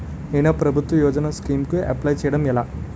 నేను నా ప్రభుత్వ యోజన స్కీం కు అప్లై చేయడం ఎలా?